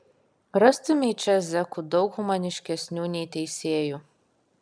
rastumei čia zekų daug humaniškesnių nei teisėjų